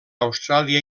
austràlia